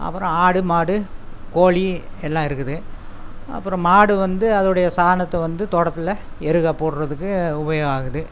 அப்புறம் ஆடு மாடு கோழி எல்லாம் இருக்குது அப்புறம் மாடு வந்து அதனுடைய சாணத்தை வந்து தோட்டத்தில் எருகா போடுறதுக்கு உபயோகம் ஆகுது